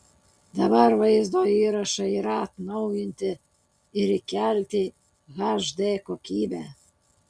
dabar vaizdo įrašai yra atnaujinti ir įkelti hd kokybe